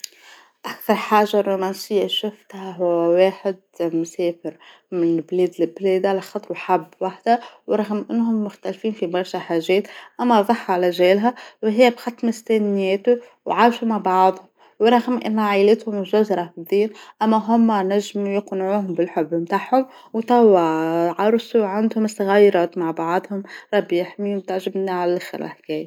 أكثر حاجة رومانسية شفتها هو واحد مسافر من بلاد لبلاد على خاطروا حب واحدة ورغم أنهم مختلفين في برشا حاجات اما صحة على جالها وهي بقت مستنياته وعاشوا مع بعض ورغم أن عيلاتهم مش اللى راح يصير أما هما نجموا يقنعوهم بالحب بتاعهم وتوا عرسوا وعندهم صغيرات مع بعضهم ربي يحميهم تعجبنى عالآخر الحكاية